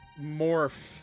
morph